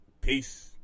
Peace